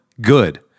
good